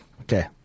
Okay